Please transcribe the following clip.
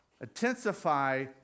Intensify